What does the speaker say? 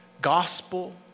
gospel